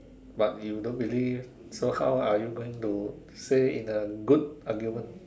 but you don't believe so how are you going to say in a good argument